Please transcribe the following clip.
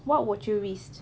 what would you risk